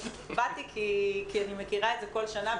באתי כי אני מכירה את זה בכל שנה,